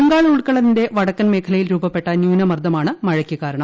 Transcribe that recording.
ബംഗാൾ ഉൾക്കടലിന്റെ വടക്കൻ മേഖലയിൽ രൂപപ്പെട്ട ന്യൂന മർദ്ദമാണ് മഴയ്ക്കുകാരണം